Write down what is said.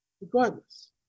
regardless